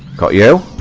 collier